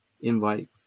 invite